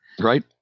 Right